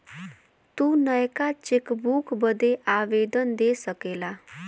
तू नयका चेकबुक बदे आवेदन दे सकेला